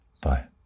bye